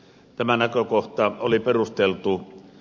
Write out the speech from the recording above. tämä näkökohta oli perusteltu